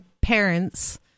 parents